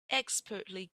expertly